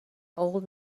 old